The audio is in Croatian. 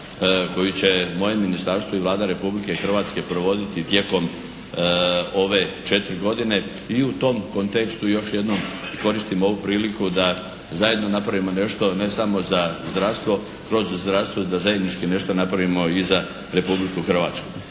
koji će moje ministarstvo i Vlada Republike Hrvatske provoditi tijekom ove četiri godine i u tom kontekstu još jednom koristim ovu priliku da zajedno napravimo nešto ne samo za zdravstvo, kroz zdravstvo, da zajednički nešto napravimo i za Republiku Hrvatsku.